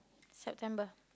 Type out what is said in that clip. September